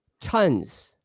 tons